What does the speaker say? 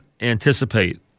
anticipate